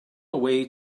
away